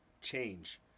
change